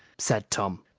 said tom.